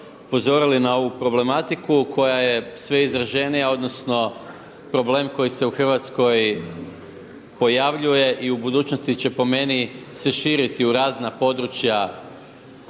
upozorili na ovu problematiku koja je sve izraženija odnosno problem koji se u Hrvatskoj pojavljuje i u budućnosti će po meni se širiti u razna područja koja